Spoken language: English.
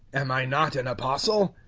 am i not an apostle?